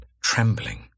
trembling